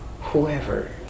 Whoever